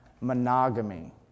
monogamy